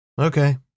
Okay